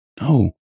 No